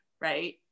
right